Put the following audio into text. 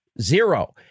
zero